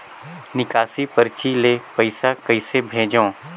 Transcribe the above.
निकासी परची ले पईसा कइसे भेजों?